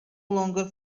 longer